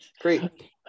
great